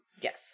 Yes